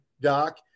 Doc